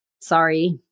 sorry